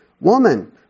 Woman